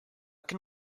can